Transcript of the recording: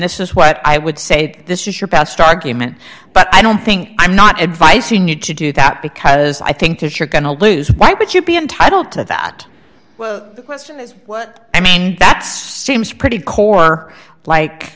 this is what i would say this is your best argument but i don't think i'm not advice you need to do that because i think if you're going to lose why would you be entitled to that question is what i mean that's pretty core